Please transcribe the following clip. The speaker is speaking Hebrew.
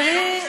עיסאווי.